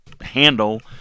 handle